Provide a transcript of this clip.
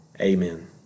amen